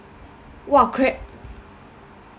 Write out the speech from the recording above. !wah! cre~